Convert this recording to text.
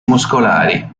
muscolari